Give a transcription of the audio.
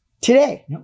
today